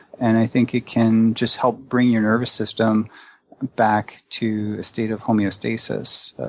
and i think it can just help bring your nervous system back to a state of homeostasis,